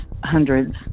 hundreds